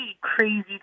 crazy